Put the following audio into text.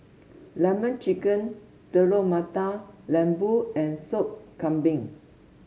lemon chicken Telur Mata Lembu and Soup Kambing